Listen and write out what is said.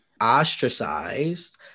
ostracized